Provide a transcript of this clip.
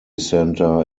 center